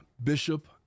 Bishop